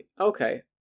Okay